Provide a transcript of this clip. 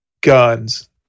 guns